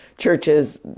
churches